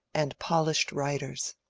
and polished writers.